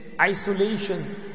isolation